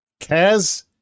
Kaz